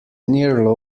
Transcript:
near